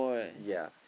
ya